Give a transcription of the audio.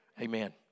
Amen